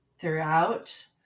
throughout